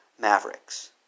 Mavericks